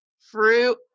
fruit